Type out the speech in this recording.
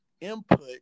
input